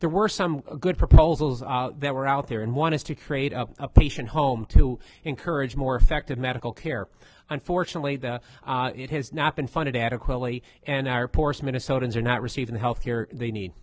there were some good proposals that were out there and wanted to trade up a patient home to encourage more effective medical care unfortunately that it has not been funded adequately and are porous minnesotans are not receiving the health care they need